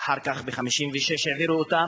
אחר כך ב-1956 העבירו אותם,